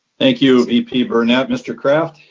thank you, vp burnett. mr. kraft?